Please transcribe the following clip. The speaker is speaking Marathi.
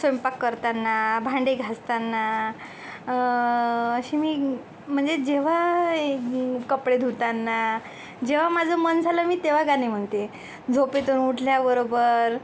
स्वयंपाक करताना भांडी घासताना अशी मी म्हणजे जेव्हा ए कपडे धुताना जेव्हा माझं मन झालं मी तेव्हा गाणे म्हणते झोपेतून उठल्याबरोबर